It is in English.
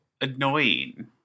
annoying